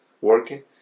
working